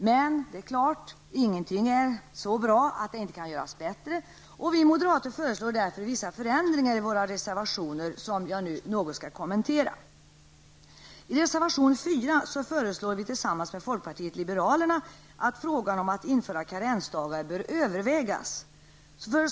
Ingenting är emellertid så bra att det inte kan göras bättre. Vi moderater föreslår därför vissa förändringar i våra reservationer, som jag nu något skall kommentera. I reservation 4 föreslår vi tillsammans med folkpartiet liberalerna att frågan om att att införa karensdagar bör övervägas.